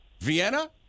Vienna